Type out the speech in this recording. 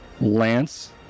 lance